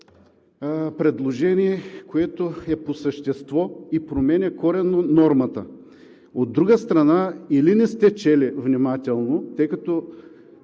предложение по същество и коренно променя нормата. От друга страна, или не сте чели внимателно, тъй като